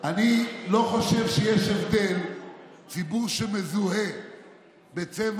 אני לא חושב שיש הבדל בין ציבור שמזוהה בצבע,